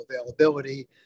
availability